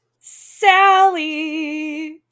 Sally